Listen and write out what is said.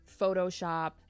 Photoshop